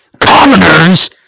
Commoners